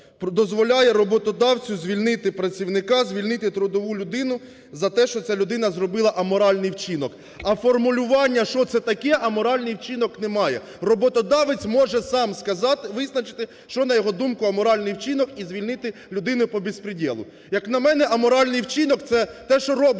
дозволяє роботодавцю звільнити працівника, звільнити трудову людину за те, що ця людина зробила аморальний вчинок. А формулювання що це таке "аморальний вчинок" немає. Роботодавець може сам визначити, що на його думку аморальний вчинок і звільнити людину по беспределу. Як на мене, аморальний вчинок – це те, що робить